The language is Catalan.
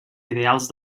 ideals